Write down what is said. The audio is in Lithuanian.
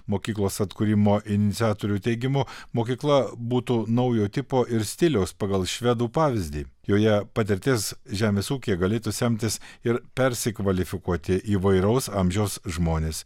mokyklos atkūrimo iniciatorių teigimu mokykla būtų naujo tipo ir stiliaus pagal švedų pavyzdį joje patirties žemės ūkyje galėtų semtis ir persikvalifikuoti įvairaus amžiaus žmonės